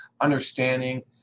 understanding